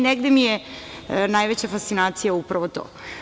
Negde mi je najveća fascinacija upravo to.